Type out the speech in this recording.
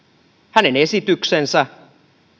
hänen esityksensä